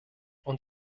und